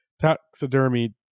taxidermy